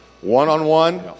one-on-one